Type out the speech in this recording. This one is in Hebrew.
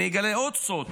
אני אגלה עוד סוד